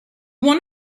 want